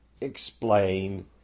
explain